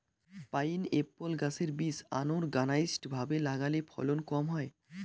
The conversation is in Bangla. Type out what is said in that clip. পাইনএপ্পল গাছের বীজ আনোরগানাইজ্ড ভাবে লাগালে ফলন কম হয়